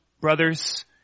brothers